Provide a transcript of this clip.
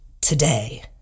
today